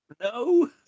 no